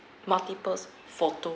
multiples photos